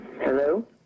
Hello